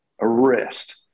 arrest